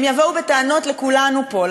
הם יבואו בטענות לכולנו פה,